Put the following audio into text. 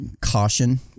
caution